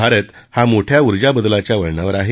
भारत हा मोठ्या उर्जाबदलाच्या वळणावर आहे